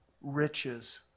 riches